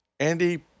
Andy